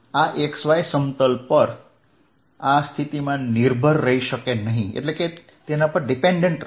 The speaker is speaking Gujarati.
આ x y સમતલ પર આ સ્થિતિમાન નિર્ભર રહી શકે નહીં રહે